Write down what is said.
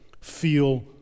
feel